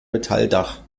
metalldach